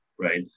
right